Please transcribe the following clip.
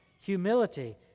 humility